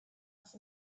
off